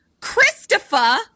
Christopher